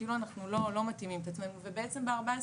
כאילו אנחנו לא מתאימים את עצמנו ובעצם ב-14